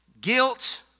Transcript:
Guilt